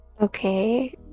Okay